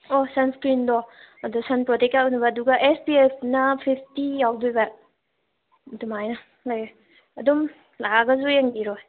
ꯑꯣ ꯁꯟꯁꯀ꯭ꯔꯤꯟꯗꯣ ꯑꯗꯣ ꯁꯟ ꯄ꯭ꯔꯣꯇꯦꯛꯀ ꯍꯥꯏꯕꯅꯦꯕ ꯑꯗꯨꯒ ꯑꯦꯁ ꯄꯤ ꯑꯦꯐꯅ ꯐꯤꯐꯇꯤ ꯌꯥꯎꯗꯣꯏꯕ ꯑꯗꯨꯃꯥꯏꯅ ꯂꯩꯌꯦ ꯑꯗꯨꯨꯝ ꯂꯥꯛꯑꯒꯁꯨ ꯌꯦꯡꯕꯤꯔꯣ